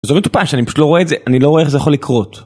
זה מטופש שאני פשוט לא רואה את זה, אני לא רואה איך זה יכול לקרות